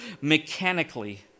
mechanically